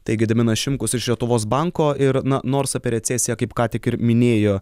tai gediminas šimkus iš lietuvos banko ir na nors apie recesiją kaip ką tik ir minėjo